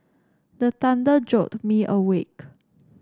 the thunder jolt me awake